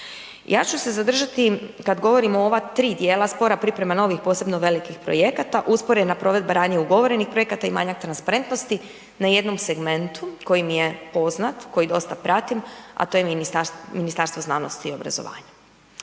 Ja ću se zadržati kad govorimo o ova tri djela spora, priprema novih posebnih velikih projekata, usporena provedba ranije ugovorenih projekata i manja transparentnosti na jednom segmentu koji mi je poznat, koji dosta pratim a to je Ministarstvo znanosti i obrazovanja.